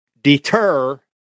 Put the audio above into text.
deter